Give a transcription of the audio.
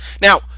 Now